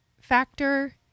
factor